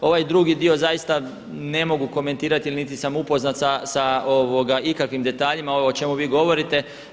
Ovaj drugi dio zaista ne mogu komentirati niti sam upoznat sa ikakvim detaljima, ovo o čemu vi govorite.